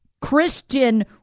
Christian